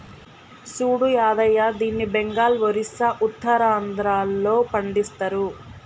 సూడు యాదయ్య దీన్ని బెంగాల్, ఒరిస్సా, ఉత్తరాంధ్రలో పండిస్తరు